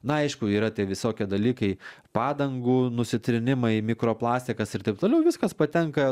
na aišku yra tie visokie dalykai padangų nusitrynimai mikroplastikas ir taip toliau viskas patenka